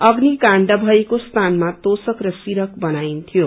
अग्नीकाण्ड भएको स्थानामा तोसक र सिरक बनाईन्थ्यो